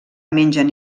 mengen